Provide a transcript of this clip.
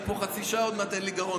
אני פה חצי שעה, עוד מעט אין לי גרון.